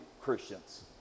Christians